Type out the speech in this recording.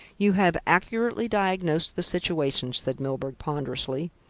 you have accurately diagnosed the situation, said milburgh ponderously.